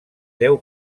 deu